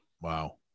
Wow